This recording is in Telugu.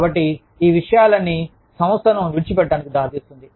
కాబట్టి ఈ విషయాలన్నీ సంస్థను విడిచిపెట్టడానికి దారి తీస్తుంది